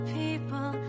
people